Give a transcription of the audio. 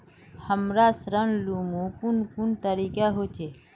हमरा ऋण लुमू कुन कुन तरीका होचे?